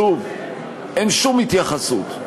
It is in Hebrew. שוב, אין שום התייחסות,